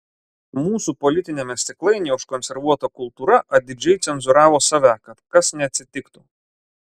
mūsų politiniame stiklainyje užkonservuota kultūra atidžiai cenzūravo save kad kas neatsitiktų